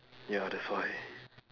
ya that's why